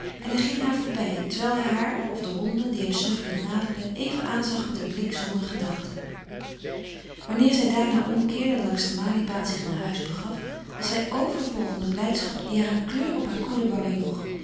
en hij ging haar voorbij terwijl hij haar of de honden die hem snuffelend naderden even aanzag met een blik zonder gedachte wanneer zij daarna omkeerde en langs de maliebaan zich naar huis begaf was zij overvol van een blijdschap die haar een kleur op haar koele wangen joeg